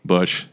Bush